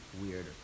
weird